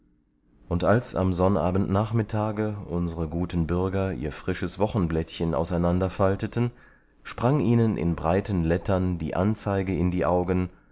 und als am sonnabendnachmittage unsere guten bürger ihr frisches wochenblättchen auseinanderfalteten sprang ihnen in breiten lettern die anzeige in die augen